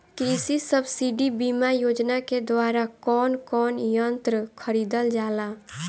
कृषि सब्सिडी बीमा योजना के द्वारा कौन कौन यंत्र खरीदल जाला?